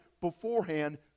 beforehand